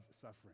suffering